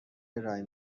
ارایه